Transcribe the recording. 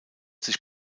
sich